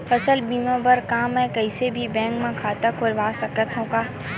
फसल बीमा बर का मैं कोई भी बैंक म खाता खोलवा सकथन का?